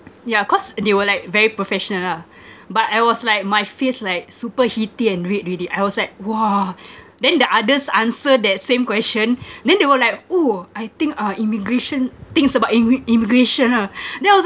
yeah cause they were like very professional lah but I was like my face like super heaty and red already I was like !wah! then the others answer that same question then they were like !woo! I think uh immigration things about immi~ immigration ah then I was